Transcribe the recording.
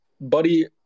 Buddy